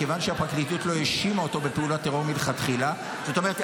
מכיוון שהפרקליטות לא האשימה אותו בפעולת טרור מלכתחילה זאת אומרת,